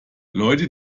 leute